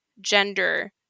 gender